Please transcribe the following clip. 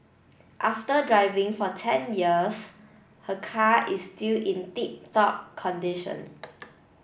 after driving for ten years her car is still in tip top condition